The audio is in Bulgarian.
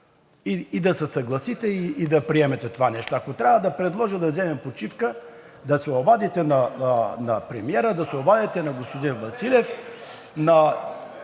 и да се съгласите и приемете това нещо. Ако трябва, ще предложа да вземем почивка – да се обадите на премиера, да се обадите на господин Василев, все